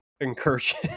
incursion